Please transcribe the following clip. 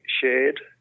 shared